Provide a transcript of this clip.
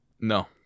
No